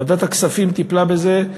ועדת הכספים טיפלה בזה,